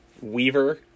Weaver